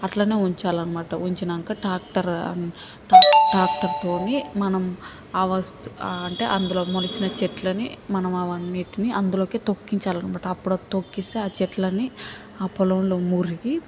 అట్లనే ఉంచాలి అనమాట ఉంచినాక ట్రాక్టర్ ట్రాక్టర్తోని మనం ఆ వస్తు అంటే అందులో మొలిచిన చెట్లని మనం అవి అన్నిటినీ అందులోకి తొక్కించాలనమాట అప్పుడు అది తొక్కిస్తే ఆ చెట్లన్నీ ఆ పొలంలో మురిగి